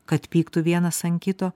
kad pyktų vienas ant kito